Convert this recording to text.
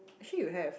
actually you have